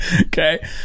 okay